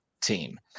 team